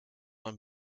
hun